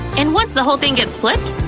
and once the whole thing gets flipped,